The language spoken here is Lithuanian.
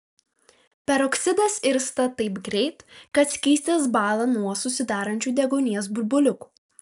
peroksidas irsta taip greit kad skystis bąla nuo susidarančių deguonies burbuliukų